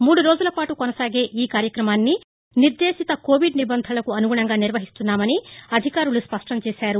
మూడు రోజుల పాటు కొనసాగే ఈ కార్యక్రమాన్ని నిర్దేశిత కోవిడ్ నిబంధనలకు అనుగుణంగా నిర్వహిస్తున్నామని అధికారులు స్పష్టం చేశారు